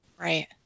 Right